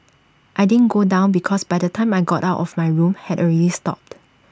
I didn't go down because by the time I got out of my room had already stopped